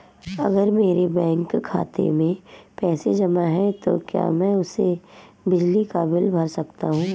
अगर मेरे बैंक खाते में पैसे जमा है तो क्या मैं उसे बिजली का बिल भर सकता हूं?